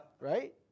right